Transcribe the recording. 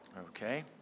Okay